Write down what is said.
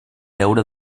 deure